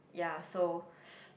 ya so